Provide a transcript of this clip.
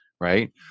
right